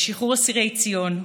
לשחרור אסירי ציון,